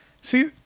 See